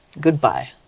goodbye